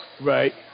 Right